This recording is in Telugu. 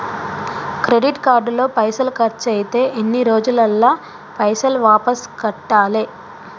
క్రెడిట్ కార్డు లో పైసల్ ఖర్చయితే ఎన్ని రోజులల్ల పైసల్ వాపస్ కట్టాలే?